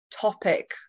topic